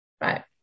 right